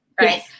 right